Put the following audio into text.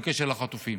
בקשר לחטופים: